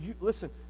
listen